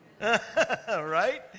Right